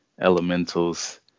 Elementals